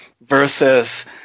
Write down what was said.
versus